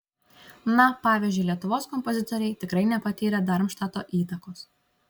na pavyzdžiui lietuvos kompozitoriai tikrai nepatyrė darmštato įtakos